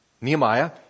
Nehemiah